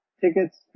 Tickets